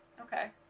Okay